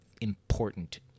important